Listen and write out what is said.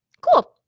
cool